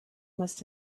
must